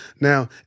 Now